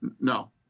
No